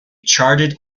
charted